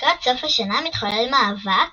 לקראת סוף השנה מתחולל מאבק